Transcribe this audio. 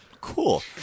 Cool